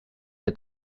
der